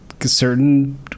certain